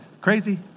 crazy